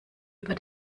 über